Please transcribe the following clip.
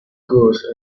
goods